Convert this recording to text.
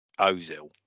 Ozil